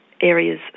areas